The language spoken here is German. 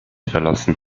verlassen